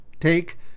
take